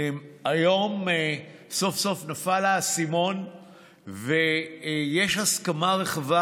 היום סוף-סוף נפל האסימון ויש הסכמה רחבה,